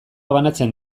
banatzen